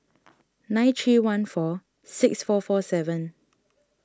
nine three one four six four four seven